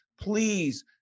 please